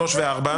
שלוש וארבע.